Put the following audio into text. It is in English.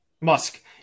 Musk